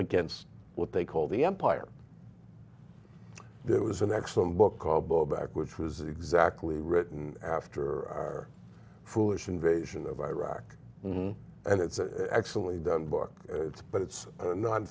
against what they call the empire there was an excellent book called blowback which was exactly written after her foolish invasion of iraq and it's a actually done book it's but it's a non